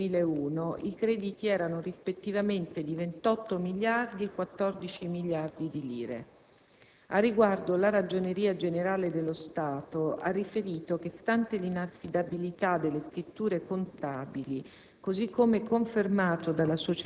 mentre negli anni 2000 e 2001 i crediti erano rispettivamente di 28 miliardi e 14 miliardi di lire. Al riguardo, la Ragioneria generale dello Stato ha riferito che, stante l'inaffidabilità delle scritture contabili,